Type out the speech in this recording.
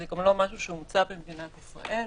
זה לא משהו שהומצא במדינת ישראל.